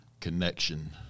connection